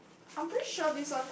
I'm pretty sure this one